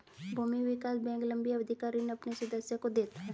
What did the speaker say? भूमि विकास बैंक लम्बी अवधि का ऋण अपने सदस्यों को देता है